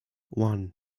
one